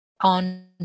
on